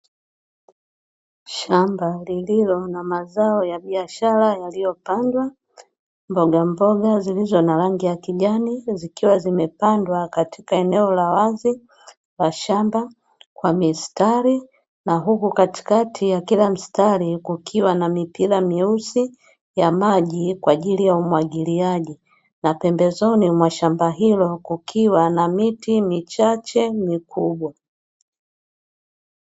Shamba lililo na mazao ya biashara yaliyopandwa mboga mboga zilizo na rangi ya kijani zikiwa zimepandwa katika eneo la wazi la shamba kwa mistari na huku katikati ya kila msitari kukiwa na mipira mieusi ya maji kwa ajili ya umwagiliaji, na pembezoni mwa shamba hilo kukiwa na miti michache mikubwa.